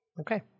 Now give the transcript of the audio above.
Okay